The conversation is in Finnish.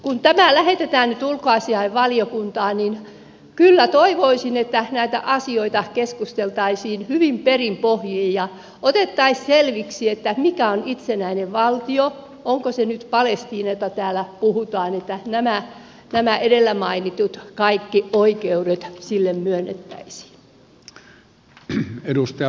kun tämä lähetetään nyt ulkoasiainvaliokuntaan niin kyllä toivoisin että näistä asioista keskusteltaisiin hyvin perin pohjin ja otettaisiin selväksi mikä on itsenäinen valtio onko se nyt palestiina josta täällä puhutaan että kaikki nämä edellä mainitut oikeudet sille myönnettäisiin